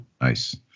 nice